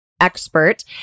expert